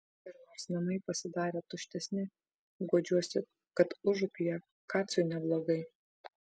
ir nors namai pasidarė tuštesni guodžiuosi kad užupyje kacui neblogai